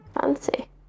fancy